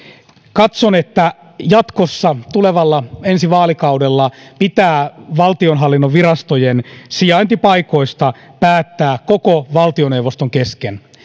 katson että jatkossa tulevalla ensi vaalikaudella pitää valtionhallinnon virastojen sijaintipaikoista päättää koko valtioneuvoston kesken